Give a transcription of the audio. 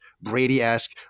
Brady-esque